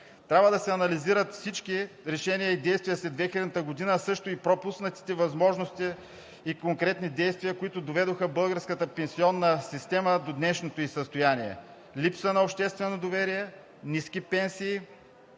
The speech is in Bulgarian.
Трябва да се анализират всички решения и действия след 2000 г., а също и пропуснатите възможности и конкретни действия, които доведоха българската пенсионна система до днешното ѝ състояние – липса на обществено доверие, ниски пенсии,